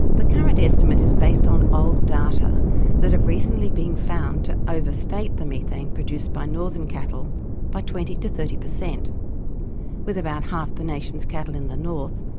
the current estimate is based on old data that have recently been found to overstate the methane produced by northern cattle by twenty percent to thirty percent with about half the nation's cattle in the north,